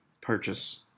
purchase